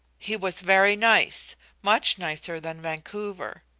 he was very nice much nicer than vancouver.